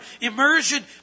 immersion